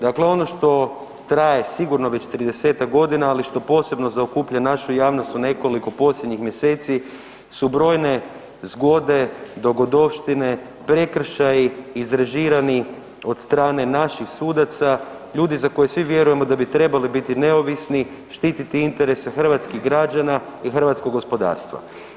Dakle ono što traje sigurno već 30-ak godina, ali što posebno zaokuplja našu javnost u nekoliko posljednjih mjeseci su brojne zgode, dogodovštine, prekršaji izrežirani od strane naših sudaca, ljudi za koje svi vjerujemo da bi trebali biti neovisni, štititi interese hrvatskih građana i hrvatskog gospodarstva.